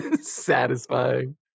Satisfying